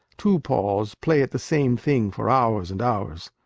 two-paws play at the same thing for hours and hours.